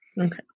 Okay